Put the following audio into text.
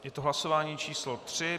Je to hlasování číslo 3.